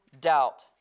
doubt